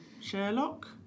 Sherlock